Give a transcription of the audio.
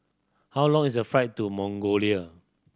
how long is the flight to Mongolia